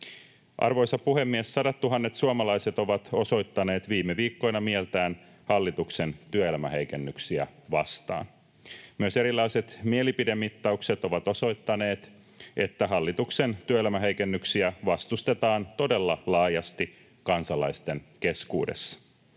Arvoisa puhemies! Sadattuhannet suomalaiset ovat osoittaneet viime viikkoina mieltään hallituksen työelämäheikennyksiä vastaan. Myös erilaiset mielipidemittaukset ovat osoittaneet, että hallituksen työelämäheikennyksiä vastustetaan todella laajasti kansalaisten keskuudessa.